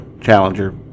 Challenger